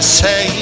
say